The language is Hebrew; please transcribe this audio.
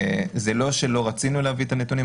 זה לא שלא רצינו להביא את הנתונים,